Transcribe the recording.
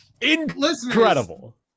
incredible